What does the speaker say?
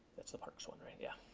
that's the parks one right, yeah.